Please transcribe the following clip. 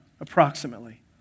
approximately